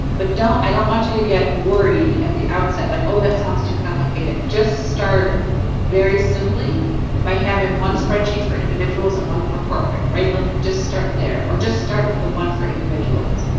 but don't, i don't want you to get worried at the outset, like, oh, that sounds too complicated just start very simply by having one spreadsheet for individuals and one for corporate, right? like, just start there. o just start with the one for individuals.